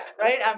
right